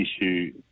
issue